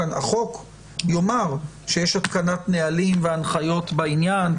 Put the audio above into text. החוק יאמר שיש התקנת נהלים והנחיות בעניין.